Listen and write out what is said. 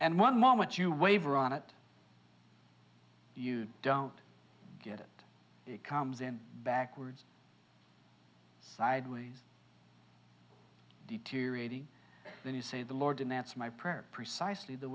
and one moment you waver on it you don't get it it comes in backwards sideways deteriorating then you say the lord didn't answer my prayer precisely the